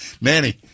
Nanny